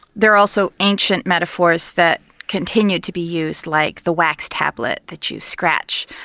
there are also ancient metaphors that continue to be used like the wax tablet that you scratch,